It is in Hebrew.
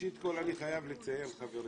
ראשית כל, אני חייב לציין, חברים,